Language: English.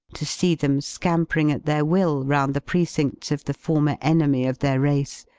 to see them scampering at their will round the precincts of the former enemy of their race,